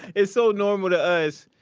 it's so normal to us.